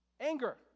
Anger